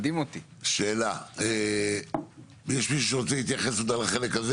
יש מישהו שרוצה להתייחס לחלק הזה?